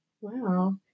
Wow